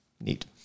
neat